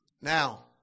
Now